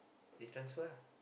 they transfer ah